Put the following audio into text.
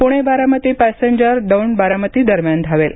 Pune Baramati passenger Daund Baramati दरम्यान धावेल